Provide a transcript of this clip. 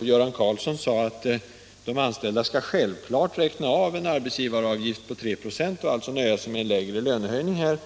Göran Karlsson sade att de anställda självfallet skall räkna av en arbetsgivaravgift på 3 96 och alltså nöja sig med en mindre lönehöjning.